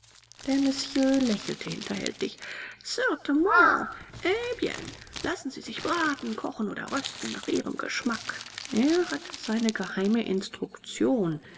der monsieur lächelte hinterlistig certainement en bien lassen sie sich braten kochen oder rösten nach ihrem geschmack er hatte seine geheime instruktion